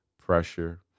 pressure